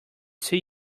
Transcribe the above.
see